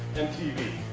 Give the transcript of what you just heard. mtv!